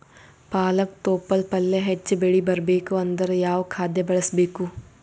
ಪಾಲಕ ತೊಪಲ ಪಲ್ಯ ಹೆಚ್ಚ ಬೆಳಿ ಬರಬೇಕು ಅಂದರ ಯಾವ ಖಾದ್ಯ ಬಳಸಬೇಕು?